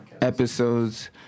episodes